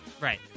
Right